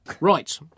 Right